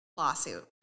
lawsuit